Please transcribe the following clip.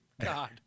God